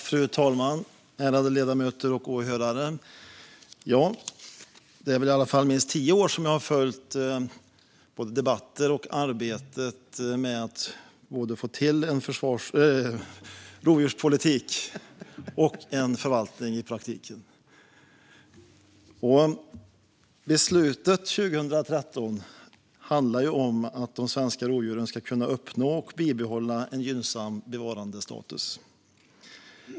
Fru talman, ärade ledamöter och åhörare! Det är minst tio år som jag har följt både debatten och arbetet med att få till en rovdjurspolitik och en förvaltning i praktiken. Beslutet 2013 handlar om att de svenska rovdjuren ska kunna uppnå och bibehålla en gynnsam bevarandestatus.